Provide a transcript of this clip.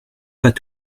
pas